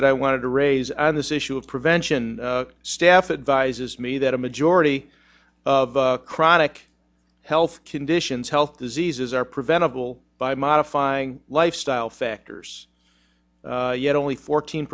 that i wanted to raise on this issue of prevention staff advises me that a majority of chronic health conditions health diseases are preventable by modifying lifestyle factors yet only fourteen